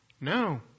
No